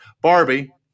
Barbie